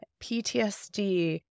PTSD